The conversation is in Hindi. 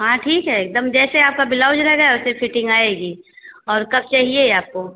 हाँ ठीक है एकदम जैसे आपका ब्लाउज रहेगा वैसे फिटिन्ग आएगी और कब चाहिए आपको